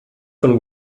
von